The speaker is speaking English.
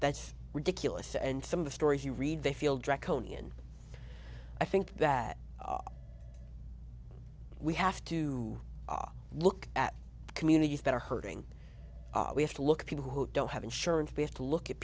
that's ridiculous and some of the stories you read they feel draconian i think that we have to look at communities that are hurting we have to look at people who don't have insurance we have to look at